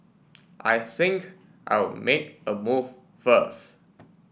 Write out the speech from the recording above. I think I'll make a move first